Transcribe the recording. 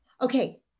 Okay